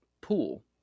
pool